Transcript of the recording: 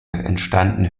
entstanden